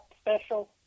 special